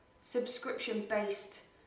subscription-based